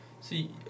See